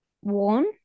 One